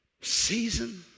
Season